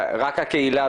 רק הקהילה,